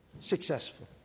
successful